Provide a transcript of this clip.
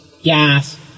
gas